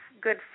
good